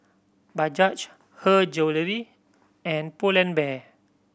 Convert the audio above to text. Bajaj Her Jewellery and Pull and Bear